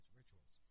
rituals